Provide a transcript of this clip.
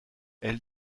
elle